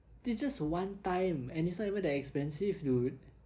this is just one time and it's not even that expensive dude